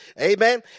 amen